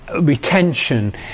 retention